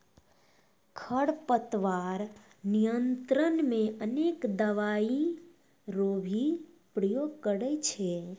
खरपतवार नियंत्रण मे अनेक दवाई रो भी प्रयोग करे छै